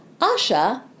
Asha